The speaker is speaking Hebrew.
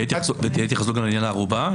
תהיה התייחסות גם לעניין הערובה?